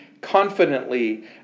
confidently